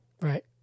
right